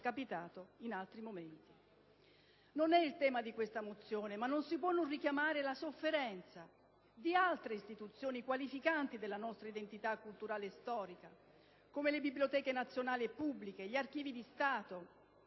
questo il tema della mozione n. 173, ma non si può non richiamare anche la sofferenza di altre istituzioni qualificanti della nostra identità culturale e storica, come le biblioteche nazionali e pubbliche e gli archivi di Stato